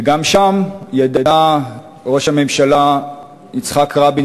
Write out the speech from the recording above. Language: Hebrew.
וגם שם ידע ראש הממשלה יצחק רבין,